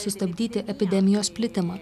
sustabdyti epidemijos plitimą